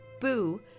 boo